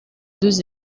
deux